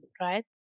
right